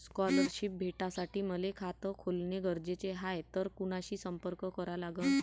Scholarship भेटासाठी मले खात खोलने गरजेचे हाय तर कुणाशी संपर्क करा लागन?